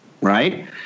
right